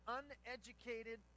uneducated